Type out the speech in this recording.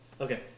okay